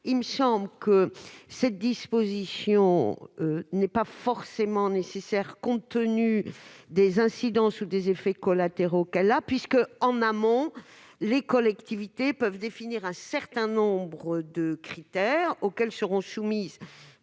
il me semble qu'une telle disposition n'est pas forcément nécessaire, compte tenu des incidences ou des effets collatéraux qu'elle pourrait avoir. En effet, en amont, les collectivités peuvent définir un certain nombre de critères auxquels sont soumis